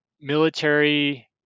military